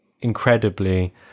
incredibly